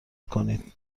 کنید